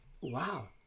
wow